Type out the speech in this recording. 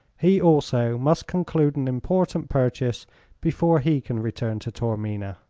he also must conclude an important purchase before he can return to taormina.